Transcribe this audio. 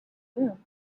room